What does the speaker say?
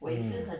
mm